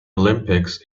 olympics